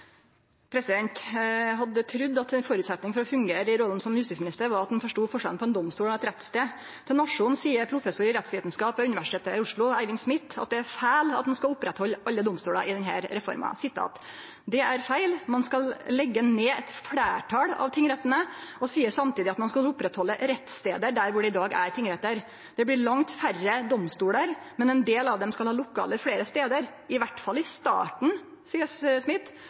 hadde trudd at ein føresetnad for å fungere i rolla som justisminister var at ein forsto forskjellen på ein domstol og ein rettsstad. Til Nationen seier professor i rettsvitskap ved Universitetet i Oslo, Eivind Smith, at det er feil at ein skal oppretthalde alle domstolar med denne reforma: «Det er feil. Man skal legge ned et flertall av tingrettene og sier samtidig at man skal opprettholde rettssteder der hvor det i dag er tingretter. Det blir langt færre domstoler, men en del av dem skal ha lokaler flere steder. I hvert fall i starten»,